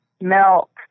milk